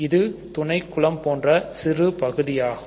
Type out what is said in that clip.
இது துணை குலம் போன்ற சிறு பகுதியாகும்